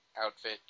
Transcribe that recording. outfit